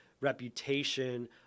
reputation